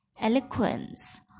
eloquence